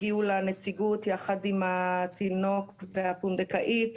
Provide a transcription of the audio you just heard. הגיעו לנציגות יחד עם התינוק והפונדקאית.